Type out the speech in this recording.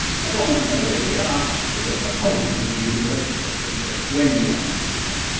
just as long as we know where we are, we've got no problems with using those expressions, or when we are i should say.